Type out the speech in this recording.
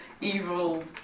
evil